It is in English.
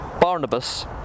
Barnabas